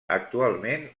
actualment